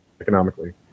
economically